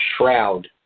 shroud